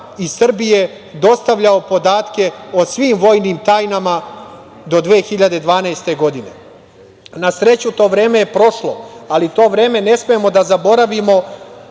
iz Srbije dostavljao podatke o svim vojnim tajnama do 2012. godine. Na sreću, to vreme je prošlo, ali to vreme ne smemo da zaboravimo,